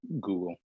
Google